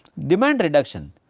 demand reduction,